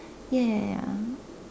ya ya ya